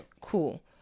Cool